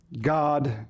God